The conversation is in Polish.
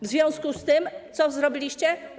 W związku z tym co zrobiliście?